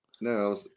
No